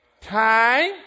Time